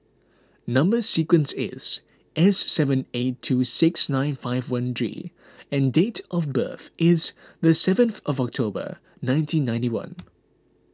Number Sequence is S seven eight two six nine five one G and date of birth is the seventh of October nineteen ninety one